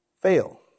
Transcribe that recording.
fail